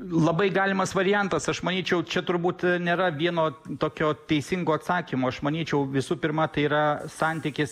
labai galimas variantas aš manyčiau čia turbūt nėra vieno tokio teisingo atsakymo aš manyčiau visų pirma tai yra santykis